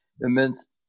immense